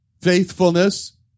Faithfulness